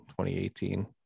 2018